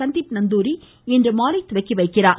சந்தீப் நந்தூரி இன்றுமாலை தொடங்கி வைக்கிறார்